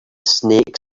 snake